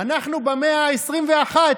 אנחנו במאה ה-21,